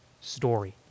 story